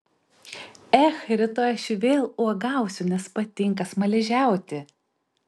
ech rytoj aš vėl uogausiu nes patinka smaližiauti